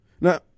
Now